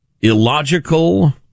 illogical